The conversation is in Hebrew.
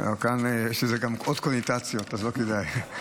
כאן יש לזה עוד קונוטציות, אז לא כדאי.